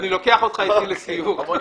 אקח אותך איתי לסיור.